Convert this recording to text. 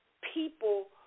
People